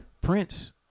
Prince